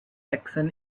action